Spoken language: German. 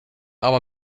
aber